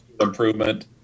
improvement